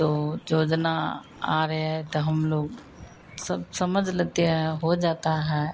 तो योजना आ रही है तो हमलोग सब समझ लेते हैं हो जाता है